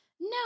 No